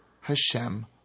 Hashem